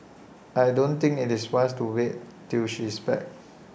I don't think IT is wise to wait till she is back